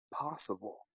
possible